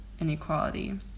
inequality